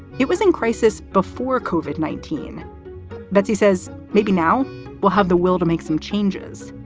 it was in crisis before covid nineteen betsi says maybe now will have the will to make some changes.